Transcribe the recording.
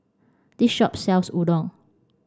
this shop sells Udon